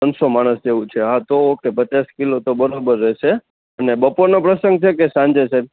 પાંચસો માણસ જેવું છે હા તો ઓકે પચાસ કિલો તો બરોબર રહેશે અને બપોરનો પ્રસંગ છે કે સાંજે છે